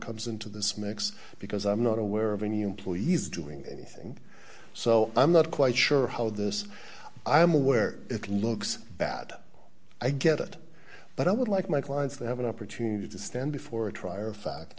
comes into this mix because i'm not aware of any employees doing anything so i'm not quite sure how this i am aware it looks bad i get it but i would like my clients that have an opportunity to stand before a trial or fact